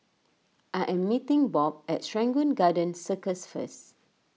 I am meeting Bob at Serangoon Garden Circus first